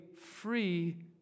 free